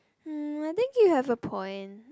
hmm I think you have a point